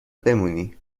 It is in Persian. بمونی